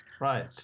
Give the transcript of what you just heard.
Right